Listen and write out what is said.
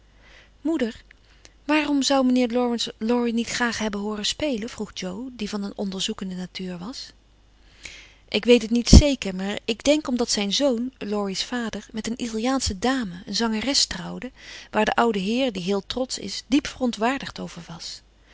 moeder waarom zou mijnheer laurence laurie niet graag hebben hooren spelen vroeg jo die van een onderzoekende natuur was ik weet het niet zeker maar ik denk omdat zijn zoon laurie's vader met een italiaansche dame een zangeres trouwde waar de oude heer die heel trotsch is diep verontwaardigd over